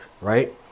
right